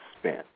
spent